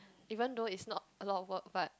even though it's not a lot of work but